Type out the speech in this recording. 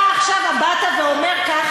אתה עכשיו אומר ככה,